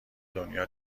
دنیا